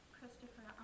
Christopher